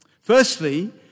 Firstly